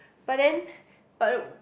but then but